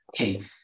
Okay